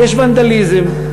יש ונדליזם,